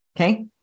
Okay